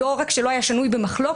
לא רק שלא היה שנוי במחלוקת,